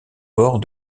port